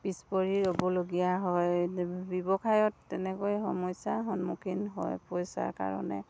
পিছপৰি ৰ'বলগীয়া হয় ব্যৱসায়ত তেনেকৈ সমস্যাৰ সন্মুখীন হয় পইচাৰ কাৰণে